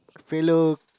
fellow